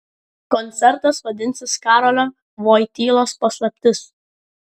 koncertas vadinsis karolio voitylos paslaptis